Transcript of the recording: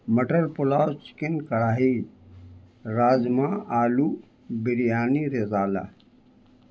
مٹر پلاؤ چکن کڑھاہی راجما آلو بریانی رزالہ